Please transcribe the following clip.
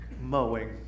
mowing